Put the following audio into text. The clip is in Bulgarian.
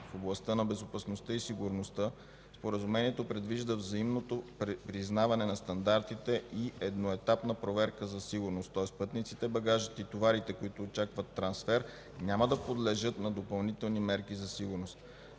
В областта на безопасността и сигурността споразумението предвижда взаимно признаване на стандартите и „едноетапна проверка за сигурност”, тоест пътниците, багажът и товарите, които очакват трансфер, няма да подлежат на допълнителни мерки за сигурност.